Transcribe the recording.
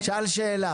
לשאלה